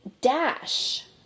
dash